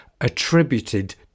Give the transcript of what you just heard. attributed